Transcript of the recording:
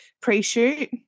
pre-shoot